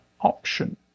option